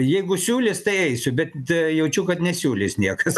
jeigu siūlys tai eisiu bet jaučiu kad nesiūlys niekas